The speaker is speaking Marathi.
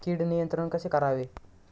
कीड नियंत्रण कसे करावे?